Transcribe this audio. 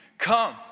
Come